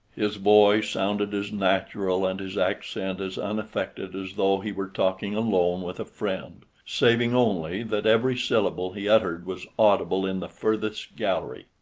his voice sounded as natural and his accent as unaffected as though he were talking alone with a friend, saving only that every syllable he uttered was audible in the furthest gallery.